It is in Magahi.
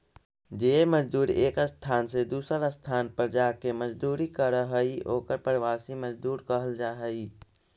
जे मजदूर एक स्थान से दूसर स्थान पर जाके मजदूरी करऽ हई ओकर प्रवासी मजदूर कहल जा हई